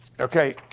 okay